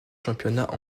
championnat